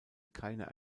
keine